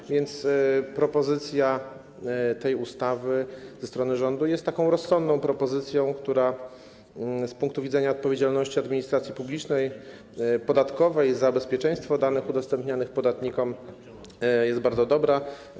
Tak więc propozycja tej ustawy ze strony rządu jest rozsądną propozycją, która z punktu widzenia odpowiedzialności administracji publicznej, podatkowej za bezpieczeństwo danych udostępnianych podatnikom jest bardzo dobra.